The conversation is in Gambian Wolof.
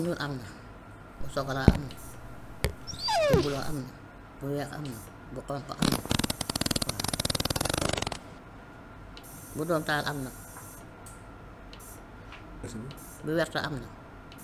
Ñuul am na, bu sokolaa am na, bu bulo am na, bu weex am na, bu xonk am na, waa, bu doomutaal am na bu wert am na.